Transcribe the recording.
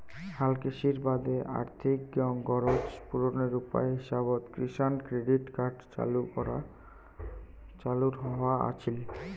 হালকৃষির বাদে আর্থিক গরোজ পূরণের উপায় হিসাবত কিষাণ ক্রেডিট কার্ড চালু হয়া আছিল